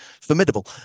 formidable